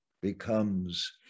becomes